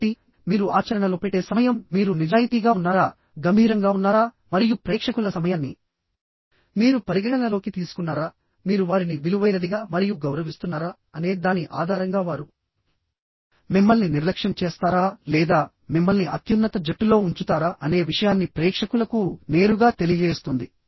కాబట్టి మీరు ఆచరణలో పెట్టే సమయం మీరు నిజాయితీగా ఉన్నారా గంభీరంగా ఉన్నారా మరియు ప్రేక్షకుల సమయాన్ని మీరు పరిగణనలోకి తీసుకున్నారా మీరు వారిని విలువైనదిగా మరియు గౌరవిస్తున్నారా అనే దాని ఆధారంగా వారు మిమ్మల్ని నిర్లక్ష్యం చేస్తారా లేదా మిమ్మల్ని అత్యున్నత జట్టులో ఉంచుతారా అనే విషయాన్ని ప్రేక్షకులకు నేరుగా తెలియజేస్తుంది